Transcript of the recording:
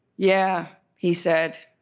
yeah he said,